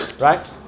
right